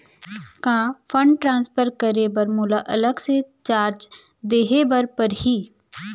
का fund transfer करे बर मोला अलग से चार्ज देहे बर परही?